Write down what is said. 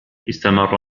استمر